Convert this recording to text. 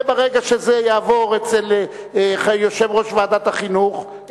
ברגע שזה יעבור אצל יושב-ראש ועדת החינוך,